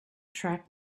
track